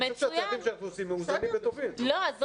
ואני חושב